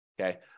okay